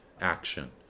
action